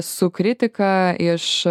su kritika iš